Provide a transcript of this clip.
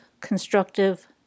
constructive